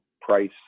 price